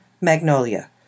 Magnolia